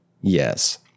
yes